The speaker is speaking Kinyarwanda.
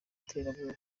iterabwoba